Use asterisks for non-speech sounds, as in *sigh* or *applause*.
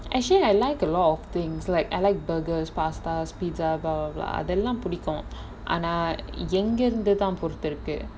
actually I like a lot of things like I like burgers pasta pizza *noise* அதெல்லாம் புடிக்கும் ஆனா எங்கிருந்து தான் பொறுத்திருக்கு:athellaam pudikkum aanaa engirunthu thaan poruthirukku